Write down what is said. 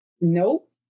Nope